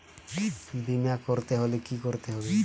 বিমা করতে হলে কি করতে হবে?